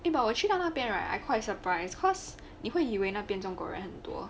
eh but 我去到那边 right I quite surprise cause 你会以为那边中国人很多